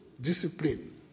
discipline